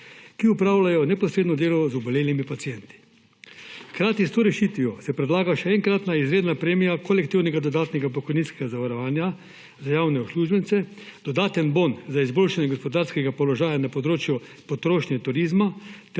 ki opravljajo neposredno delo z obolelimi pacienti. Hkrati s to rešitvijo se predlaga še enkratna izredna premija kolektivnega dodatnega pokojninskega zavarovanja za javne uslužbence, dodaten bon za izboljšanje gospodarskega položaja na področju potrošnje in turizma